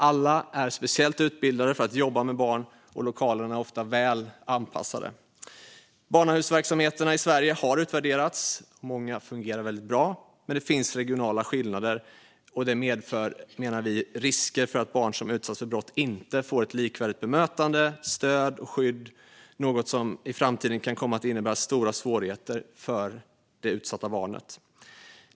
Alla är speciellt utbildade för att jobba med barn, och lokalerna är ofta väl anpassade. Barnahusverksamheterna i Sverige har utvärderats. Många fungerar väldigt bra, men det finns regionala skillnader. Detta medför, menar vi, risker för att barn som utsatts för brott inte får ett likvärdigt bemötande, stöd och skydd, vilket i framtiden kan komma att innebära stora svårigheter för det utsatta barnet.